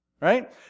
right